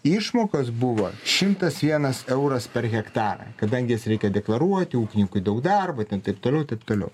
išmokos buvo šimtas vienas euras per hektarą kadangi jas reikia deklaruoti ūkininkui daug darbo ir ten taip toliau taip toliau